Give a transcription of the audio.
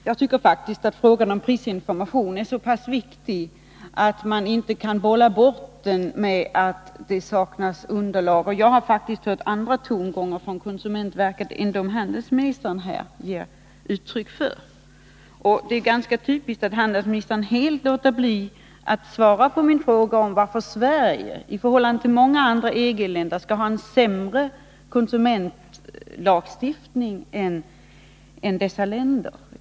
Herr talman! Jag tycker faktiskt att frågan om prisinformation är så viktig att man inte kan bolla bort den med argumentet att det saknas underlag. Jag har dessutom hört andra åsikter i den här frågan från konsumentverket än dem som handelsministern här ger uttryck för. Det är typiskt att handelsministern helt låter bli att svara på min fråga, varför Sverige skall ha en sämre konsumentlagstiftning än många EG-länder.